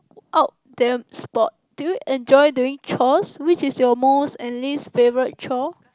out them sport do you enjoy doing chores which is your most and least favourite chore